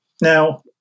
Now